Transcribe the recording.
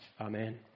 Amen